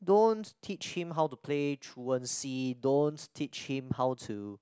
don't teach him how to play truancy don't teach him how to